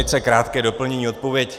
Velice krátké doplnění, odpověď.